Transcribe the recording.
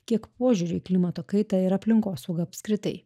kiek požiūriu į klimato kaitą ir aplinkosaugą apskritai